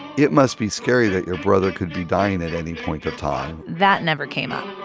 it must be scary that your brother could be dying at any point of time that never came up